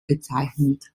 bezeichnet